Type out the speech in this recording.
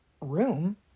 room